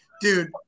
Dude